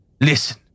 Listen